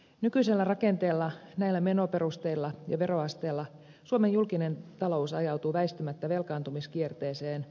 nykyisellä rakenteella näillä menoperusteilla ja veroasteella suomen julkinen talous ajautuu väistämättä velkaantumiskierteeseen